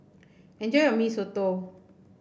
enjoy your Mee Soto